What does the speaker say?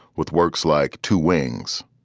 which works like two wings.